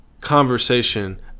conversation